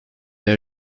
they